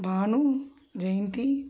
Banu Jayanthi